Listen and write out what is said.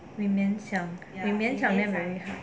你勉强你勉强还可以